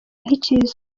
ntikizwi